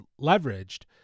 leveraged